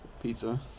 Pizza